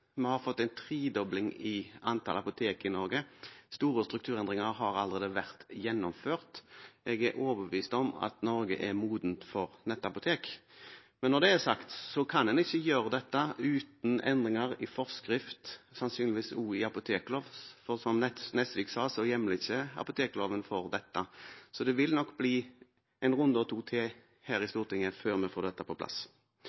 Vi har fått en tredobling i antallet apotek i Norge. Store strukturendringer har allerede vært gjennomført. Jeg er overbevist om at Norge er modent for nettapotek. Men når det er sagt, kan en ikke gjøre dette uten endringer i forskrift, sannsynligvis òg i apotekloven, for som representanten Nesvik sa, hjemler ikke apotekloven for dette. Det vil nok bli en runde eller to til her i